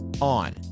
on